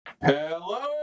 Hello